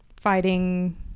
fighting